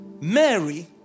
Mary